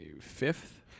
fifth